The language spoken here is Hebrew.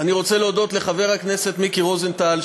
אני רוצה להודות לחבר הכנסת מיקי רוזנטל,